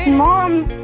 and mom.